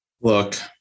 Look